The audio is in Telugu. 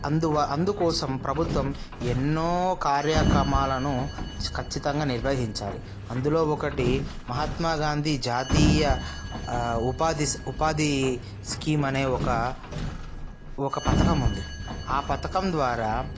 అందువ అందుకోసం ప్రభుత్వం ఎన్నో కార్యక్రమాలను ఖచ్చితంగా నిర్వహించాలి అందులో ఒకటి మహాత్మా గాంధీ జాతీయ ఆ ఉపాధి ఉపాధి స్కీం అనే ఒక పథకం ఉంది ఆ పథకం ద్వారా